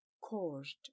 caused